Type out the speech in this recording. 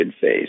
phase